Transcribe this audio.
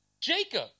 Jacob